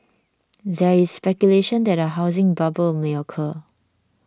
there is speculation that a housing bubble may occur